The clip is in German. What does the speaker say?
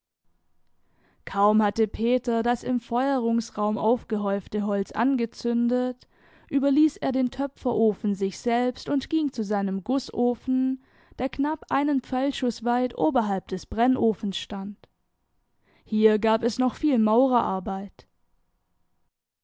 kaum hatte peter das im feuerungsraum aufgehäufte holz angezündet überließ er den töpferofen sich selbst und ging zu seinem gußofen der knapp einen pfeilschuß weit oberhalb des brennofens stand hier gab es noch viel maurerarbeit